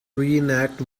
reenact